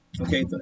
Okay